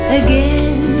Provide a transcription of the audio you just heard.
again